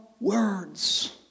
words